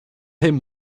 him